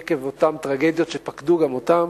עקב אותן טרגדיות שפקדו גם אותן,